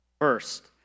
First